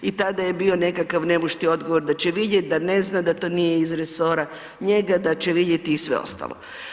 I tada je bio nekakav nemušti odgovor da će vidjet, da ne zna, da to nije iz resora njega da će vidjeti i sve ostalo.